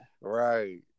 Right